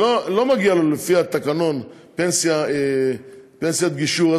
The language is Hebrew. שלא מגיעה לו לפי התקנון פנסיית גישור,